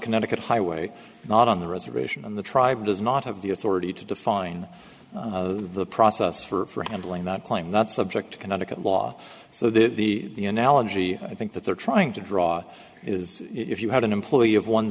connecticut highway not on the reservation in the tribe does not have the authority to define the process for handling that claim that's subject to connecticut law so that the the analogy i think that they're trying to draw is if you had an employee of one